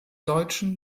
deutschen